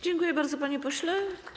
Dziękuję bardzo, panie pośle.